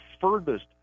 furthest